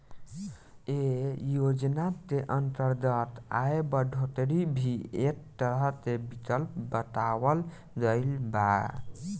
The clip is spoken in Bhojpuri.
ऐ योजना के अंतर्गत आय बढ़ोतरी भी एक तरह विकल्प बतावल गईल बा